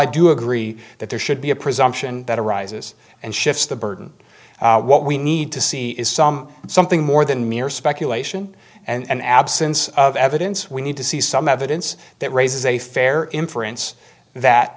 i do agree that there should be a presumption that arises and shifts the burden what we need to see is some something more than mere speculation and absence of evidence we need to see some evidence that raises a fair inference that